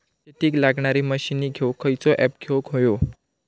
शेतीक लागणारे मशीनी घेवक खयचो ऍप घेवक होयो?